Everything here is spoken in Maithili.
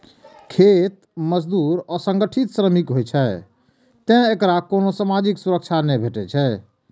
खेत मजदूर असंगठित श्रमिक होइ छै, तें एकरा कोनो सामाजिक सुरक्षा नै भेटै छै